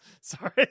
Sorry